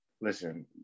Listen